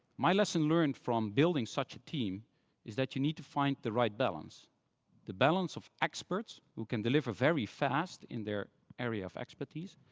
my lesson learned from building such a team is that you need to find the right balance the balance of experts who can deliver very fast in their area of expertise,